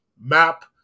map